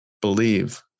believe